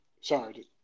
Sorry